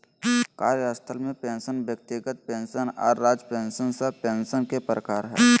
कार्यस्थल पेंशन व्यक्तिगत पेंशन आर राज्य पेंशन सब पेंशन के प्रकार हय